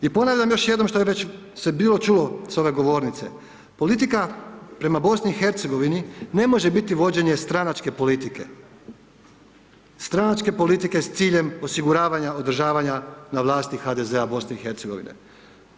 I ponavljam još jednom što je već se bilo čulo sa ove govornice, politika prema BiH-u, ne može biti vođenje stranačke politike, stranačke politike s ciljem osiguravanja održavanja na vlasti HDZ-a BiH-a.